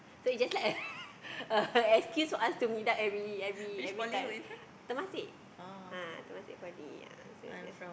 so it's just like a a excuse for us to meet up every every every time Temasek ah Temasek-Poly ah so it's just